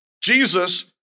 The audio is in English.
Jesus